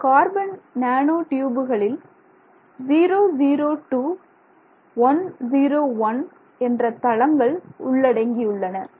இந்த carbon nano nano டியூபுகளில் என்ற தளங்கள் உள்ளடங்கியுள்ளன